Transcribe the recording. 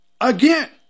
Again